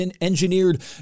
engineered